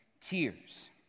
tears